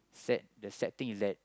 sad the sad thing is that